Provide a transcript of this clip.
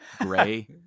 Gray